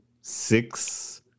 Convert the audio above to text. six